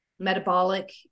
metabolic